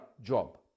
job